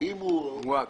מוּעד